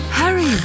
Harry